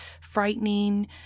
Frightening